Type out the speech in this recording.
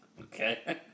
Okay